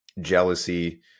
jealousy